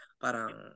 parang